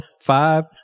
five